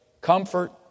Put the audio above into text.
comfort